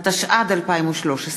התשע"ד 2013,